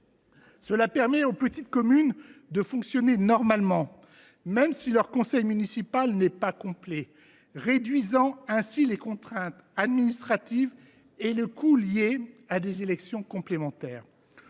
Cela permet aux petites communes de fonctionner normalement même si leur conseil municipal n’est pas complet, réduisant ainsi les contraintes administratives et les coûts liés aux élections complémentaires.